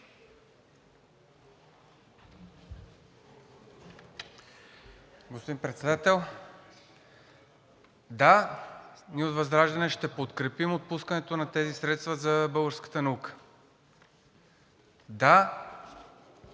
Господин Председател, да, ние от ВЪЗРАЖДАНЕ ще подкрепим отпускането на тези средства за българската наука. Да,